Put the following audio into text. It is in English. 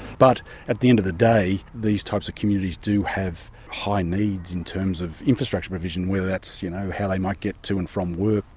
but at the end of the day these types of communities do have high needs in terms of infrastructure provision, whether that's you know how they might get to and from work,